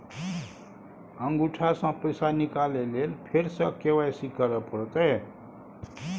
अंगूठा स पैसा निकाले लेल फेर स के.वाई.सी करै परतै?